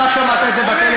אתה שמעת את זה בטלפון,